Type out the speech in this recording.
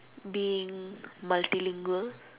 being multilingual